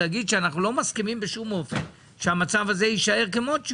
להגיד שאנחנו לא מסכימים בשום אופן שהמצב יישאר כמות שהוא.